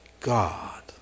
God